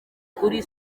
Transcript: kuri